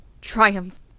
Triumph